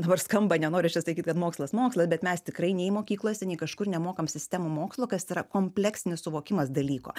dabar skamba nenoriu čia sakyt kad mokslas mokslas bet mes tikrai nei mokyklose nei kažkur nemokam sistemų mokslo kas tai yra kompleksinis suvokimas dalyko